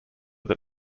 that